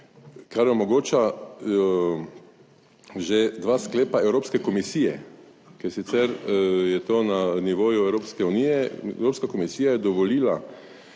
kar omogoča že dva sklepa Evropske komisije, ker sicer je to na nivoju Evropske unije, Evropska komisija je dovolila